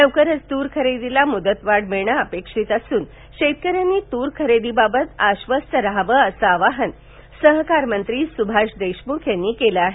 लवकरच तूर खरेदीला मुदतवाढ मिळणे अपेक्षित असून शेतकऱ्यांनी तूर खरेदीबाबत आश्वस्त राहावे असे आवाहन सहकारमंत्री सुभाष देशमुख यांनी केले आहे